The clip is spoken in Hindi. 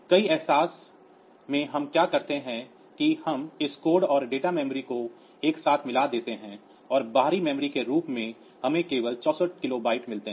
कई अहसास में हम क्या करते हैं कि हम इस कोड और डेटा मेमोरी को एक साथ मिला देते हैं और बाहरी मेमोरी के रूप में हमें केवल 64 किलोबाइट मिलते हैं